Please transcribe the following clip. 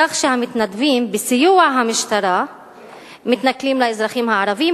כך שהמתנדבים בסיוע המשטרה מתנכלים לאזרחים הערבים,